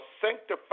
sanctify